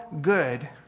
good